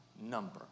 number